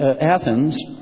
Athens